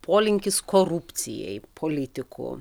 polinkis korupcijai politikų